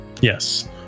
Yes